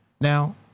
now